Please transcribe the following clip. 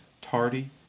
tardy